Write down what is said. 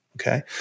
Okay